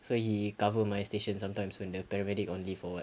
so he cover my station sometimes when the paramedics on leave or what